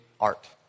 art